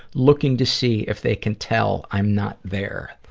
looking to see if they can tell i'm not there.